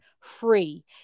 free